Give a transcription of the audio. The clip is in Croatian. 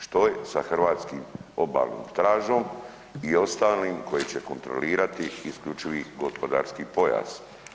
Što je sa hrvatskim Obalnom stražom i ostalim koji će kontrolirati isključivi gospodarski pojas?